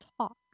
talk